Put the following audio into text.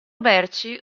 merci